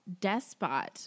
Despot